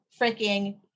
freaking